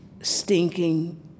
stinking